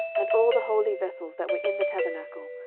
and all the holy vessels that were in the tabernacle,